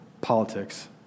politics